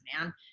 man